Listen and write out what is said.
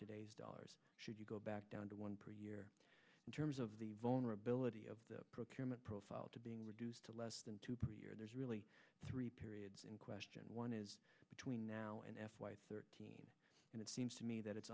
today's dollars should you go back down to one per year in terms of the owner ability of the procurement profile to being reduced to less than two per year there's really three periods in question one is between now and f y thirteen and it seems to me that it's